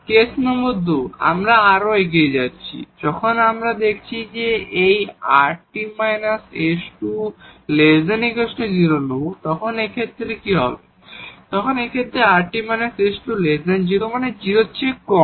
case number 2 এ আরও এগিয়ে যাওয়া যাক যখন আমরা এই rt − s2 0 নেব তখন এই ক্ষেত্রে কি হবে যখন এই rt − s2 0 0 এর চেয়ে কম